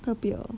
他不要